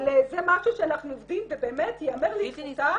אבל זה משהו שאנחנו עובדים ובאמת ייאמר לזכותה